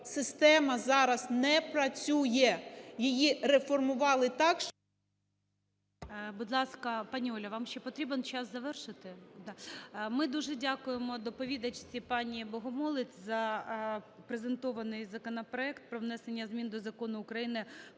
система зараз не працює. ЇЇ реформували так…